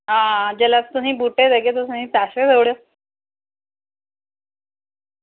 हां जेल्लै तुसेंगी बूह्टे देगे तुस असेंगी पैसे देई ओड़ेओ